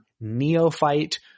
neophyte